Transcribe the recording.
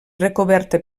recoberta